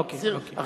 אוקיי, אוקיי.